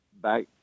back